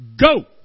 go